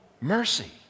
mercy